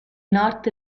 north